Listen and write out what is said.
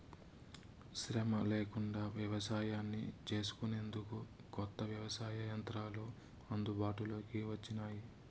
శ్రమ లేకుండా వ్యవసాయాన్ని చేసుకొనేందుకు కొత్త వ్యవసాయ యంత్రాలు అందుబాటులోకి వచ్చినాయి